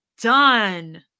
done